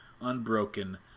unbroken